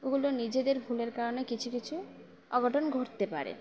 ওগুলো নিজেদের ভুলের কারণে কিছু কিছু অঘটন ঘটতে পারে